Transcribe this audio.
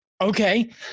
Okay